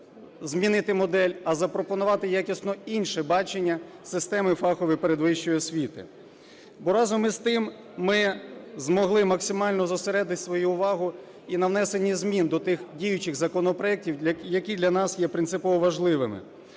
змінити модель, а запропонувати якісно інше бачення системи фахової передвищої освіти. Бо, разом з тим, ми змогли максимально зосередити свою увагу і на внесенні змін до тих діючих законопроектів, які для нас є принципово важливими.